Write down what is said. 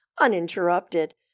uninterrupted